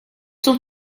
sont